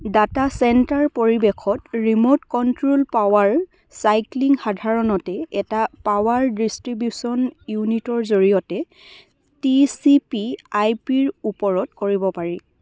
data centre পৰিৱেশত remote control power cycling সাধাৰণতে এটা পাৱাৰ ডিষ্ট্ৰিবিউচন ইউনিটৰ জৰিয়তে T C P I P ৰ ওপৰত কৰিব পাৰি